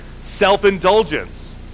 self-indulgence